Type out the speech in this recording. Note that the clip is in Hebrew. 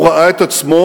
הוא ראה את עצמו